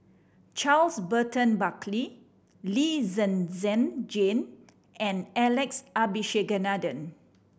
Charles Burton Buckley Lee Zhen Zhen Jane and Alex Abisheganaden